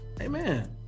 amen